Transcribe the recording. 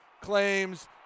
claims